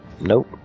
nope